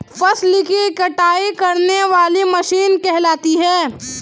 फसल की कटाई करने वाली मशीन कहलाती है?